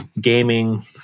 Gaming